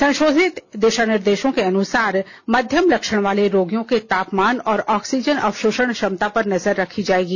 संशोधित दिशानिर्देशों के अनुसार मध्यम लक्षण वाले रोगियों के तापमान और ऑक्सीजन अवशोषण क्षमता पर नजर रखी जाएगी